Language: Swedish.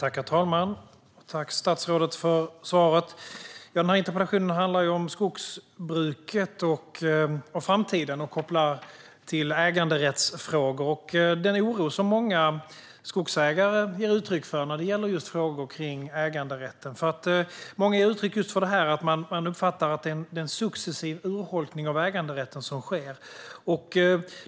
Herr talman! Jag tackar statsrådet för svaret. Interpellationen handlar om skogsbruket och framtiden kopplat till äganderättsfrågor och den oro som många skogsägare ger uttryck för när det gäller detta. Många ger uttryck för att de uppfattar att det sker en successiv urholkning av äganderätten.